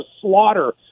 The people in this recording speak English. slaughter